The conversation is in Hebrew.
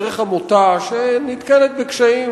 דרך עמותה שנתקלת בקשיים,